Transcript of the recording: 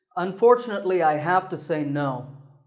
unfortunately, i have to say no.